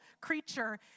creature